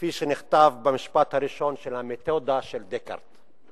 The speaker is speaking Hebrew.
כפי שנכתב במשפט הראשון של "המתודה" של דקארט.